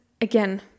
again